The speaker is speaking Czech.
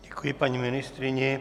Děkuji paní ministryni.